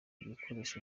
ibikoresho